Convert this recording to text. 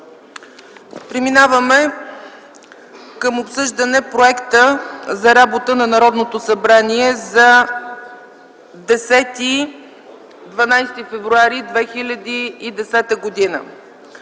Преминаваме към обсъждане на проекта за работа на Народното събрание за периода 10-12 февруари 2010 г.: 1.